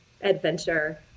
adventure